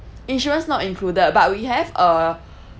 insurance not included but we have a